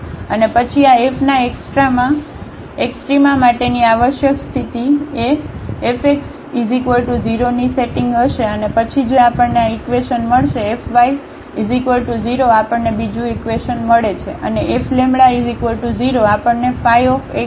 અને પછી આ Fના એક્સ્ટ્રામા માટેની આવશ્યક સ્થિતિ એ Fx 0 ની સેટિંગ હશે અને પછી જે આપણને આ ઇકવેશન મળશે Fy 0 આપણને બીજું ઇકવેશન મળે છે અનેF0 આપણને xy0મળે છે